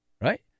right